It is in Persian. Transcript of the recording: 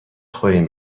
خوریم